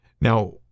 Now